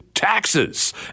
taxes